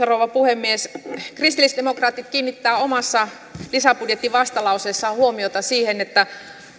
rouva puhemies kristillisdemokraatit kiinnittävät omassa lisäbudjetin vastalauseessaan huomiota siihen että